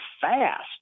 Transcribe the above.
fast